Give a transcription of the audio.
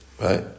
Right